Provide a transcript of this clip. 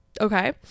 okay